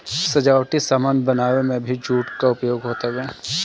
सजावटी सामान बनावे में भी जूट कअ उपयोग होत हवे